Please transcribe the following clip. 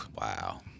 Wow